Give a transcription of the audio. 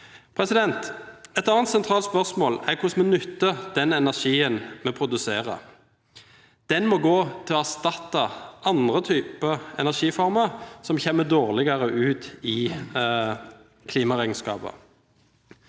Et annet sentralt spørsmål er hvordan vi benytter den energien vi produserer. Den må gå til å erstatte andre energiformer som kommer dårligere ut i klimaregnskapet.